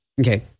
Okay